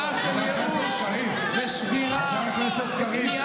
הספר הירוק של התקציב?